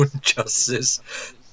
justice